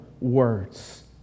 words